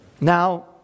Now